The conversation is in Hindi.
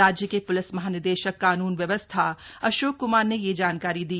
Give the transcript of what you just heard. राज्य के प्लिस महानिदेशक कानून व्यवस्था अशोक कुमार ने यह जानकारी दी